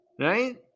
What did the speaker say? right